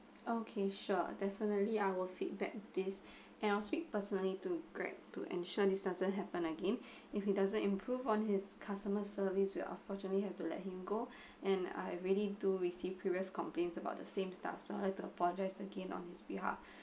okay sure definitely I'll feedback this and I'll speak personally to greg to ensure this doesn't happen again if he doesn't improve on his customer service we unfortunately have to let him go and I already do receive previous complaints about the same staff so I would like to apologize again on his behalf